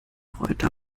reuter